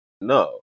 no